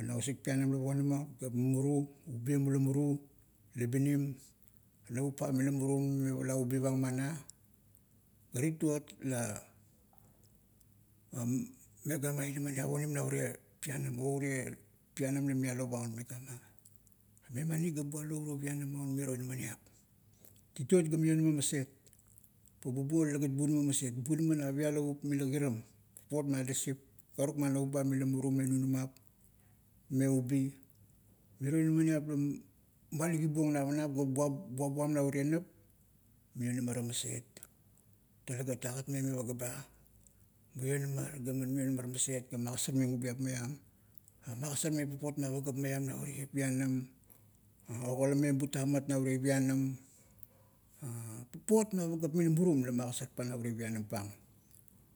Na usik pianam lo ponama, la mumuru, ubien ula muru oinim, navup pam mila murum im pala ubivang mana. Pa titot, la megama inamaniap onim na urie pianam, o urie pianam la mialo paun, "megama, "mmani ga bualo uro pianam maun miro inamaniap, titot ga mionama maset, pa bubo lagat bunama maset, bunama na pialavup mila kirom, papot ma adasip, karuk ma navup ba mila murum me unamap me ubi. Miro inaminiap la malagibuong navanap ga bua buabuam na urie nap, maionar maset. Talegat agat meng me paga ba, mionamar, gaman mionamar maset ga magasarmeng ubuap maiam. Ogalameng butamat na urie pianam. Papot ma pagap mila murum la magasarpang na urie pianam pang,